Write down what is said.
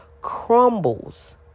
crumbles